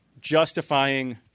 justifying